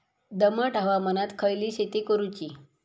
दमट हवामानात खयली शेती करूची?